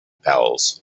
bells